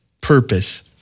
purpose